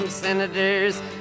Senators